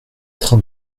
train